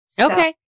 Okay